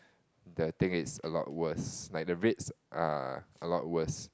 the thing is a lot worse like the rates are a lot worse